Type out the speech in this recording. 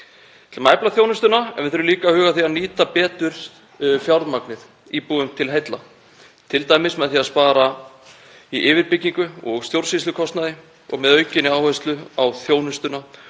að efla þjónustuna en við þurfum líka að huga að því að nýta betur fjármagnið íbúum til heilla, t.d. með því að spara í yfirbyggingu og stjórnsýslukostnaði og með aukinni áherslu á þjónustuna